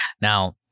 now